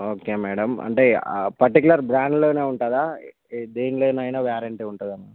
okay madam అంటే particular బ్రాండ్లోనే ఉంటుందా దేనిలోనైనా వారెంటీ ఉంటుందా